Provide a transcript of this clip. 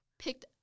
picked